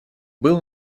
был